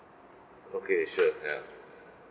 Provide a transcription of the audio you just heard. okay sure ya